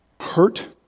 hurt